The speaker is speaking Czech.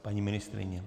Paní ministryně?